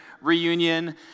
reunion